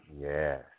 Yes